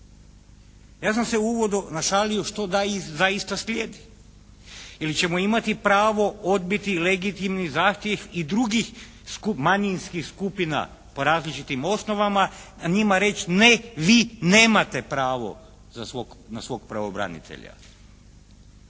Ja sam se u uvodu našalio što zaista slijedi? Je li ćemo imati pravo odbiti legitimni zahtjev i drugih manjinskih skupina po različitim osnovama i njima reći ne, vi nemate pravo na svog pravobranitelja.